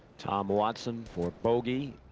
tom watson for bogey.